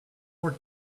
more